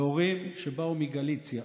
להורים שבאו מגליציה.